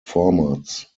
formats